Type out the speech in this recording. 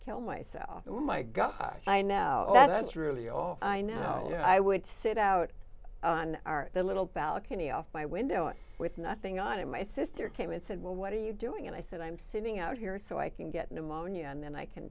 kill myself and my god i now that's really all i know i would sit out on our little balcony off my window with nothing on and my sister came and said well what do you doing it i said i'm sitting out here so i can get pneumonia and then i can